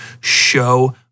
show